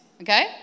okay